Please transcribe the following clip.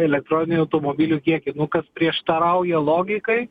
elektroninių automobilių kiekį nu kas prieštarauja logikai